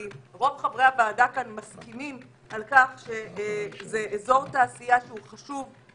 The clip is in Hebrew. כי רוב חברי הוועדה כאן מסכימים על כך שזה אזור תעשייה שהוא חשוב,